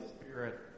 Spirit